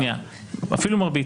אפילו מרבית.